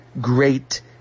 great